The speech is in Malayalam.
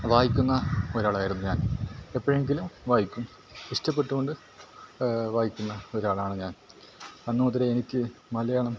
വയിക്കുന്ന ഒരാളായിരുന്നു ഞാൻ എപ്പഴെങ്കിലും വായിക്കും ഇഷ്ടപ്പെട്ടു കൊണ്ട് വായിക്കുന്ന ഒരാളാണ് ഞാൻ അന്നു മുതലേ എനിക്ക് മലയാളം